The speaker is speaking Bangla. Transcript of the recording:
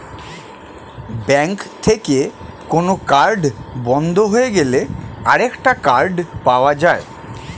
ব্যাঙ্ক থেকে কোন কার্ড বন্ধ হয়ে গেলে আরেকটা কার্ড পাওয়া যায়